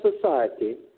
society